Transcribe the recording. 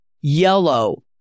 yellow